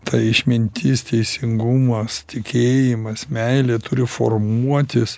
ta išmintis teisingumas tikėjimas meilė turi formuotis